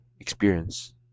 experience